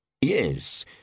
Yes